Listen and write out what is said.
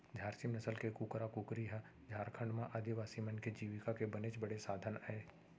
झार सीम नसल के कुकरा कुकरी ह झारखंड म आदिवासी मन के जीविका के बनेच बड़े साधन अय